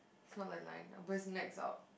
he's not aligned but his neck is out